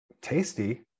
tasty